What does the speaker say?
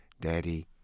Daddy